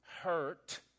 hurt